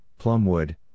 Plumwood